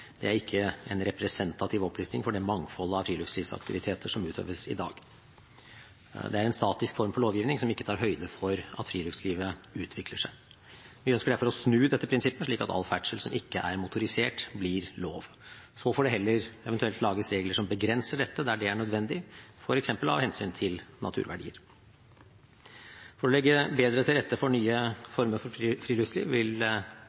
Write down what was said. Det er ikke en representativ opplisting for det mangfoldet av friluftslivsaktiviteter som utøves i dag. Det er en statisk form for lovgivning som ikke tar høyde for at friluftslivet utvikler seg. Vi ønsker derfor å snu dette prinsippet, slik at all ferdsel som ikke er motorisert, blir lov. Så får det heller eventuelt lages regler som begrenser dette der det er nødvendig, f.eks. av hensyn til naturverdier. For å legge bedre til rette for nye